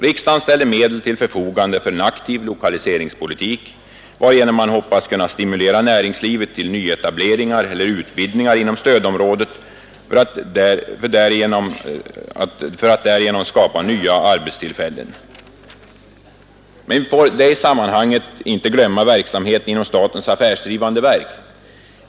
Riksdagen ställer medel till förfogande för en aktiv lokaliseringspolitik, varigenom man hoppas kunna stimulera näringslivet till nyetableringar eller utvidgningar inom stödområdet för att därigenom skapa nya arbetstillfällen. Men vi får i detta sammanhang inte glömma verksamheten inom statens affärsdrivande verk.